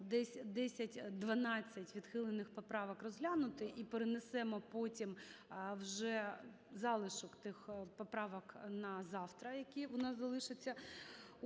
десь 10-12 відхилених поправок розглянути, і перенесемо потім вже залишок тих поправок на завтра, які у нас залишаться.